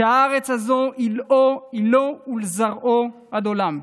שהארץ הזאת היא לו ולזרעו עד עולם.